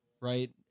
right